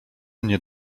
mnie